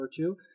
virtue